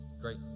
Great